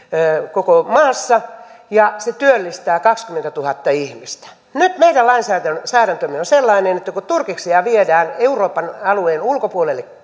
koko maassa ja se työllistää kaksikymmentätuhatta ihmistä nyt meidän lainsäädäntömme on sellainen että kun turkiksia viedään euroopan alueen ulkopuolelle